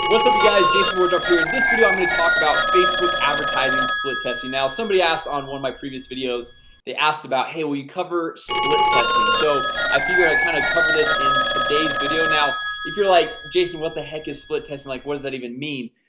what's up you guys jason wardrop here this video i'm going to talk about facebook advertising split testing now somebody asked on one of my previous videos they asked about hey, we cover split testing so i figured i kind of cover this in today's video now if you're like jason what the heck is split testing like what does that even mean?